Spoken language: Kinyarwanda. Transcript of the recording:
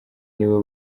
nibo